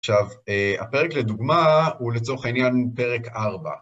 עכשיו, הפרק לדוגמה הוא לצורך העניין פרק ארבע.